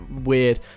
Weird